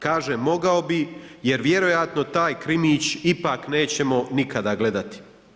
Kažem, mogao bi jer vjerojatno taj krimić ipak nećemo nikada gledati.